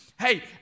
hey